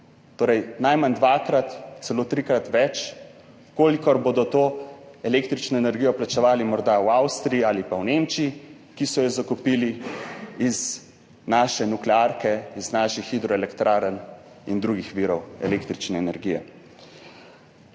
Torej, najmanj dvakrat, celo trikrat več kolikor bodo to električno energijo plačevali morda v Avstriji ali pa v Nemčiji, ki so jo zakupili iz naše nuklearke, iz naših hidroelektrarn in drugih virov električne energije.